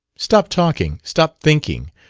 stop talking. stop thinking.